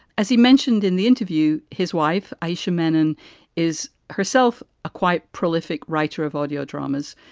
as you mentioned in the interview, his wife, aisha mentioned is herself a quite prolific writer of audio dramas,